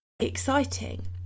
exciting